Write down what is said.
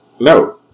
no